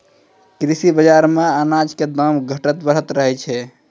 कृषि बाजार मॅ अनाज के दाम घटतॅ बढ़तॅ रहै छै